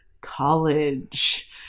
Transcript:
college